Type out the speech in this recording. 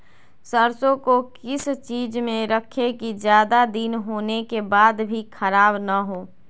सरसो को किस चीज में रखे की ज्यादा दिन होने के बाद भी ख़राब ना हो?